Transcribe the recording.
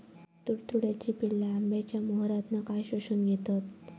तुडतुड्याची पिल्ला आंब्याच्या मोहरातना काय शोशून घेतत?